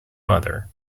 mother